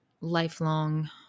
lifelong